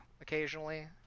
Occasionally